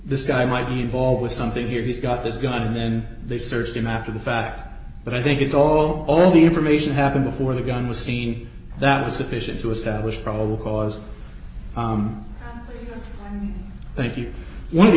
this guy might be involved with something here he's got this gun and then they searched him after the fact but i think it's all all the information happened before the gun was scene that is sufficient to establish probable cause thank you one of the